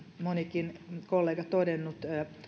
monikin kollega todennut